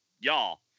y'all